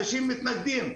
אנשים מתנגדים,